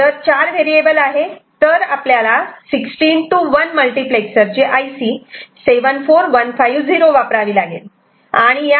जर 4 व्हेरिएबल आहे तर आपल्याला 16 to 1 मल्टिप्लेक्सरची IC 74150 वापरावी लागेल